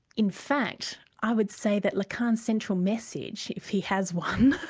in fact, i would say that lacan's central message, if he has one,